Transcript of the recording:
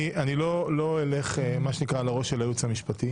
אני לא אלך על הראש של הייעוץ המשפטי.